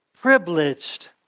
privileged